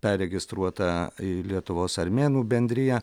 perregistruota į lietuvos armėnų bendriją